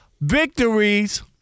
victories